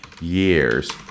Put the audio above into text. years